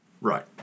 Right